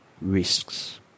risks